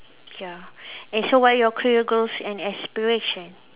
ya and so what your career goals and aspiration